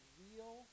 real